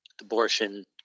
abortion